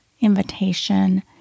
invitation